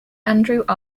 andrew